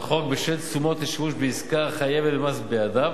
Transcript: לחוק בשל תשומות לשימוש בעסקה החייבת במס בידיו,